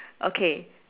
okay